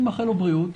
אני מאחל לו בריאות.